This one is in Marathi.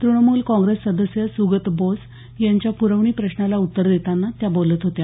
तृणमूल काँग्रेस सदस्य सुगत बोस यांच्या पुरवणी प्रश्नाला उत्तर देताना त्या बोलत होत्या